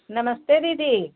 नमस्ते दीदी